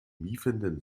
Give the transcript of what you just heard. miefenden